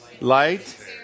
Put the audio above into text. Light